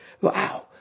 Wow